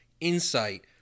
insight